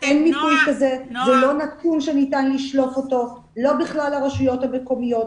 זה לא נתון לשלוף אותו, לא בכלל הרשויות המקומיות.